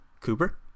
Cooper